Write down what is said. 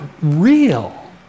real